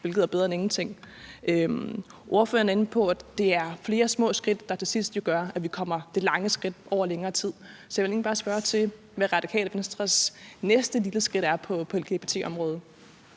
hvilket er bedre end ingenting. Ordføreren var inde på, at det er flere små skridt, der til sidst gør, at vi kommer langt over længere tid. Så jeg vil egentlig bare spørge, hvad Radikale Venstres næste lille skridt er på lgbt-området.